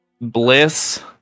Bliss